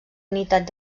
unitat